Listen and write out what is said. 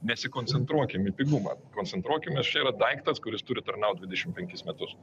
nesikoncentruokim į pigumą koncentruokimės čia yra daiktas kuris turi tarnaut dvidešimt penkis metus